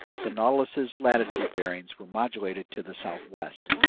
the nautilus's latitude bearings were modulated to the southwest.